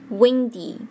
windy